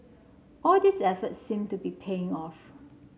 all these efforts seem to be paying off